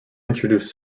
introduced